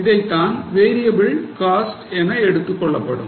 இதைத்தான் variable cost என எடுத்துக் கொள்ளப்படும்